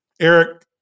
Eric